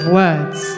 words